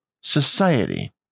society